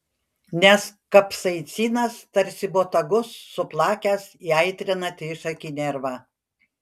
nes kapsaicinas tarsi botagu suplakęs įaitrina trišakį nervą